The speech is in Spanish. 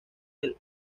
del